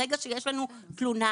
ברגע שיש לנו תלונה,